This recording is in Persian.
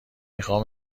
میخام